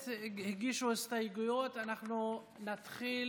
הליכוד, אינם נוכחים,